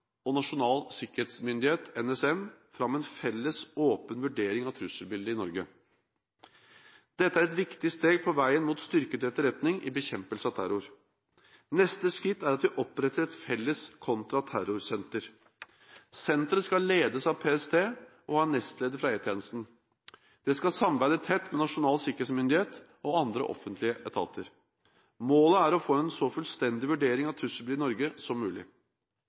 og Nasjonal sikkerhetsmyndighet, NSM, fram en felles åpen vurdering av trusselbildet i Norge. Dette er viktige steg på veien mot styrket etterretning i bekjempelsen av terror. Neste skritt er at vi oppretter et felles kontraterrorsenter. Senteret skal ledes av PST og ha en nestleder fra E-tjenesten. Det skal samarbeide tett med Nasjonal sikkerhetsmyndighet og andre offentlige etater. Målet er å få en så fullstendig vurdering av trusselbildet i Norge som mulig.